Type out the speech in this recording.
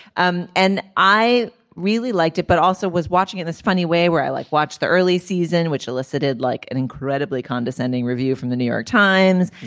um and i really liked it but also was watching in this funny way where i like watched the early season which elicited like an incredibly condescending review from the new york times.